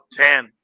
ten